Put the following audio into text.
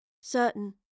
Certain